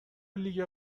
لیگ